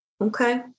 Okay